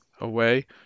away